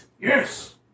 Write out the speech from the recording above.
Yes